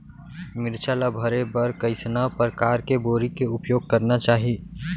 मिरचा ला भरे बर कइसना परकार के बोरी के उपयोग करना चाही?